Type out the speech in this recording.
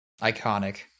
Iconic